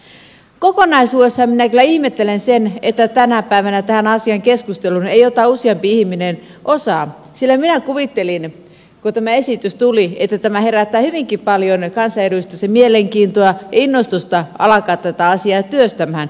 kokonaisuudessaan minä kyllä ihmettelen sitä että tänä päivänä tästä asiasta keskusteluun ei ota useampi ihminen osaa sillä minä kuvittelin kun tämä esitys tuli että tämä herättää hyvinkin paljon kansanedustajissa mielenkiintoa ja innostusta alkaa tätä asiaa työstämään